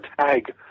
tag